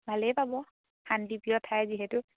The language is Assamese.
ভালেই পাব শান্তিপ্ৰিয় ঠাই যিহেতু